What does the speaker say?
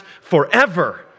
forever